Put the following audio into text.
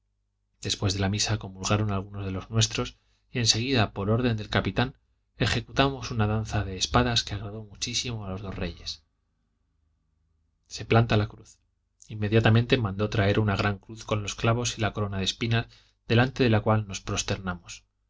después de la misa comulgaron algunos de los nuestros y en seguida por orden del capitán ejecutamos una danza de espadas que agradó muchísimo a los dos reyes se planta la cruz inmediatamente mandó traer una gran cruz con los clavos y la corona de espinas delante de la cual nos